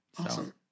Awesome